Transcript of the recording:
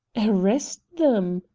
arrest them!